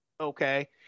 okay